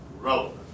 relevant